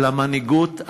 על המנהיגות,